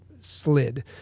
slid